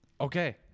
Okay